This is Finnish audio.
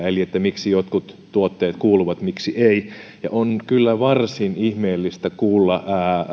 eli sillä miksi jotkut tuotteet kuuluvat sen piiriin miksi toiset eivät on kyllä varsin ihmeellistä kuulla